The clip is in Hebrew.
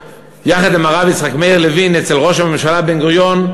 יחד עם הרב יצחק מאיר לוין אצל ראש הממשלה בן-גוריון,